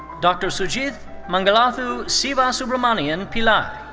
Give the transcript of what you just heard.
dr. sujith mangalathu sivasubramanian pillai.